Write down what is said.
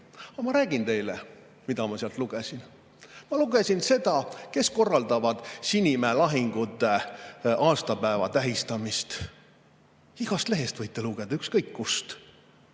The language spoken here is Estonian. Ma räägin teile, mida ma sealt lugesin. Ma lugesin seda, kes korraldavad Sinimäe lahingute aastapäeva tähistamist. Igast lehest võite lugeda, ükskõik kust.